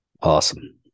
Awesome